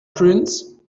prince